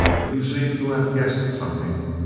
but you seem to have guessed something.